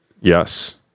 yes